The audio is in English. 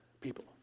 people